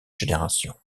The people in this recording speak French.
génération